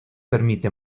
permite